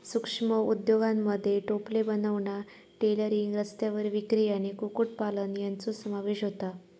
सूक्ष्म उद्योगांमध्ये टोपले बनवणा, टेलरिंग, रस्त्यावर विक्री आणि कुक्कुटपालन यांचो समावेश होता